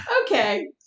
Okay